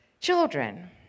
children